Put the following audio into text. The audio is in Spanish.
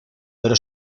pero